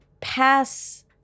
pass